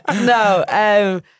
no